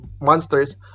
monsters